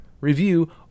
review